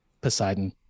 Poseidon